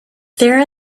there